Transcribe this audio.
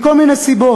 מכל מיני סיבות.